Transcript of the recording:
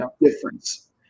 difference